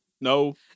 no